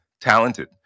talented